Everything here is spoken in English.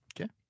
Okay